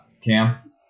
Cam